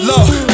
Love